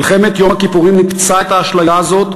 מלחמת יום הכיפורים ניפצה את האשליה הזאת